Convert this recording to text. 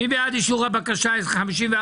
מי בעד אישור הבקשה 54053?